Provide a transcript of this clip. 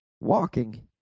Walking